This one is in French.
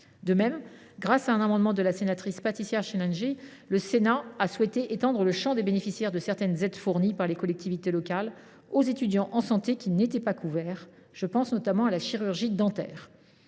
De même, en adoptant un amendement de Patricia Schillinger, le Sénat a étendu le champ des bénéficiaires de certaines aides fournies par les collectivités locales aux étudiants en santé qui n’étaient pas couverts. Je pense notamment à la chirurgie dentaire.